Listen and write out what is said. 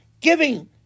giving